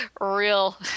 Real